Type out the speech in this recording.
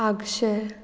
आगशें